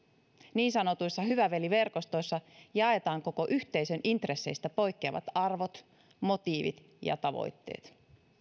niin sanotuissa hyvä veli verkostoissa jaetaan koko yhteisön intresseistä poikkeavat arvot motiivit ja tavoitteet